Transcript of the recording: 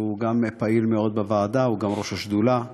שהוא גם פעיל מאוד בוועדה, הוא גם ראש השדולה,